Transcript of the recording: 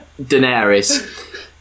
Daenerys